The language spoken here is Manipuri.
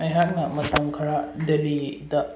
ꯑꯩꯍꯥꯛꯅ ꯃꯇꯝ ꯈꯔ ꯗꯦꯜꯂꯤꯗ